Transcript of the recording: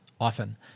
often